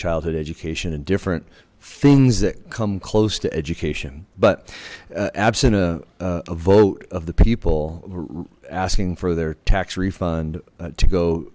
childhood education and different things that come close to education but absent a vote of the people asking for their tax refund to go